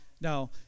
Now